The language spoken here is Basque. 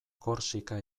korsika